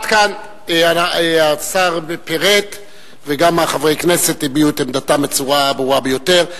עד כאן השר פירט וגם חברי הכנסת הביעו את עמדתם בצורה ברורה ביותר.